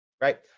right